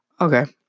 Okay